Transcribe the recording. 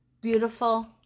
beautiful